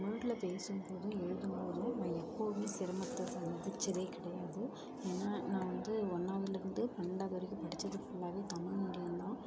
தமிழில் பேசும் போதும் எழுதும் போதும் நான் எப்போதுமே சிரமத்தை சந்திச்சதே கிடையாது ஏன்னா நான் வந்து ஒன்னாவதுலருந்து பன்னெண்டாவது வரைக்கும் படிச்சது ஃபுல்லாகவே தமிழ் மீடியம் தான்